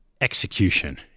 execution